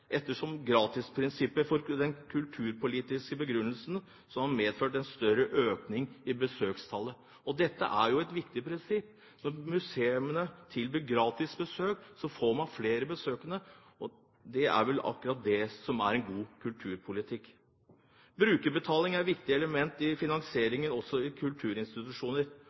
ettersom gratisprinsippet har kulturpolitiske begrunnelser som har medført store økninger i besøkstallet. Og dette er jo et viktig prinsipp, for når museene tilbyr gratis besøk, får de flere besøkende, og det er vel akkurat det som er god kulturpolitikk. Brukerbetaling er et viktig element i finansieringen også av kulturinstitusjoner,